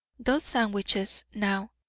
those sandwiches, now.